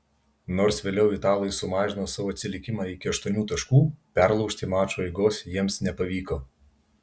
nors vėliau italai sumažino savo atsilikimą iki aštuonių taškų perlaužti mačo eigos jiems nepavyko